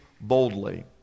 boldly